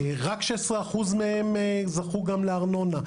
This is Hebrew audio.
רק 16% מהם זכו גם לארנונה.